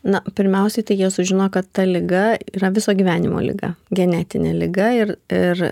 na pirmiausiai tai jie sužino kad ta liga yra viso gyvenimo liga genetinė liga ir ir